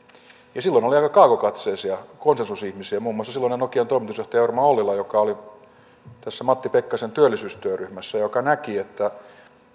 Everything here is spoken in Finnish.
ja silloin oli aika kaukokatseisia konsensusihmisiä muun muassa silloinen nokian toimitusjohtaja jorma ollila joka oli tässä matti pekkasen työllisyystyöryhmässä joka näki että